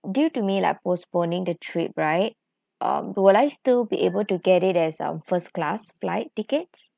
due to me like postponing the trip right um will I still be able to get it as um first class flight tickets